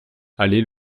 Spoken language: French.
allait